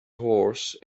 horse